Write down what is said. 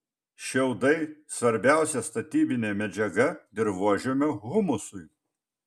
šiaudai svarbiausia statybinė medžiaga dirvožemio humusui